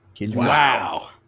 wow